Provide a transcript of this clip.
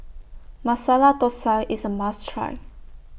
Masala Thosai IS A must Try